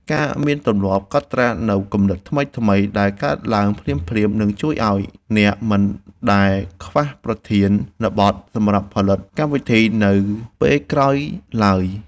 ការមានទម្លាប់កត់ត្រានូវគំនិតថ្មីៗដែលកើតឡើងភ្លាមៗនឹងជួយឱ្យអ្នកមិនដែលខ្វះប្រធានបទសម្រាប់ផលិតកម្មវិធីនៅពេលក្រោយឡើយ។